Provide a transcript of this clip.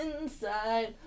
inside